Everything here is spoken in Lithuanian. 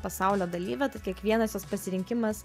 pasaulio dalyve tad kiekvienas jos pasirinkimas